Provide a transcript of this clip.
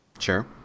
Sure